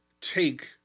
take